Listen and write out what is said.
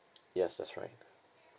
yes that's right